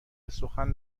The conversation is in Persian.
بسخن